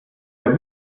der